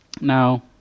Now